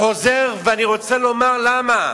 אני חוזר ואני רוצה לומר למה.